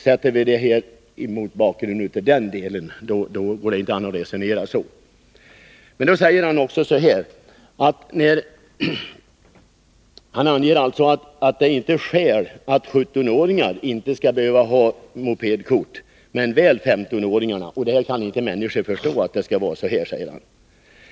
Ser vi saken mot denna bakgrund, går det inte att resonera på det sätt som Bertil Zachrisson gör. Bertil Zachrisson säger också att det inte finns något skäl för att 17-åringar inte skall behöva ha mopedkort men väl 15-åringar. Enligt honom kan inte människor förstå att det skall vara en sådan skillnad.